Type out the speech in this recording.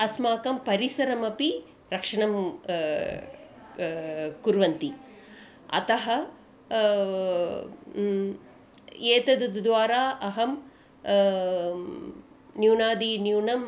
अस्माकं परिसरस्यापि रक्षणं कुर्वन्ति अतः एतद् द् द्वारा अहं न्यूनादिन्यूनम्